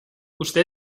usted